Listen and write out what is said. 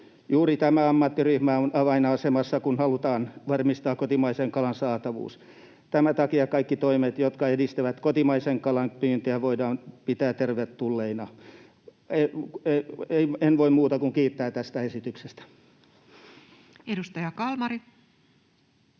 Juuri tämä ammattiryhmä on avainasemassa, kun halutaan varmistaa kotimaisen kalan saatavuus. Tämän takia kaikkia toimia, jotka edistävät kotimaisen kalan pyyntiä, voidaan pitää tervetulleina. En voi muuta kuin kiittää tästä esityksestä. [Speech 165]